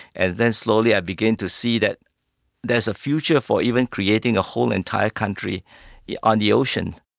and then slowly i begin to see that there's a future for even creating a whole entire country yeah on the ocean.